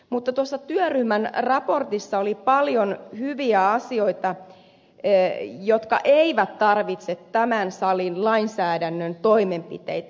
mutta tuossa työryhmän raportissa oli paljon hyviä asioita jotka eivät tarvitse tämän salin lainsäädännön toimenpiteitä